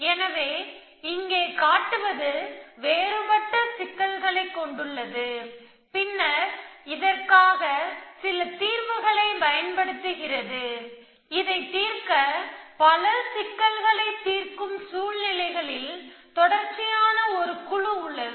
எனவே இங்கே காட்டுவது வேறுபட்ட சிக்கலைக் கொண்டுள்ளது பின்னர் இதற்காக சில தீர்வுகளைப் பயன்படுத்துகிறது இதைத் தீர்க்க பல சிக்கல்களைத் தீர்க்கும் சூழ்நிலைகளில் தொடர்ச்சியான குழு உள்ளது